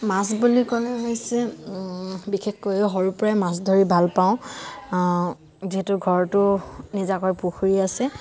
মাছ বুলি ক'লে হৈছে বিশেষকৈ সৰুৰ পৰাই মাছ ধৰি ভাল পাওঁ যিহেতু ঘৰতো নিজাকৈ পুখুৰী আছে